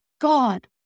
god